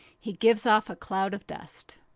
he gives off a cloud of dust.